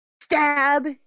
Stab